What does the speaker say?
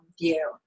view